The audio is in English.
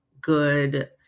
good